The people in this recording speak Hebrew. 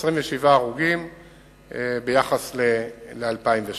27 הרוגים פחות ביחס ל-2008.